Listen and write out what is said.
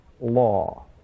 law